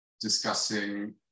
discussing